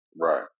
Right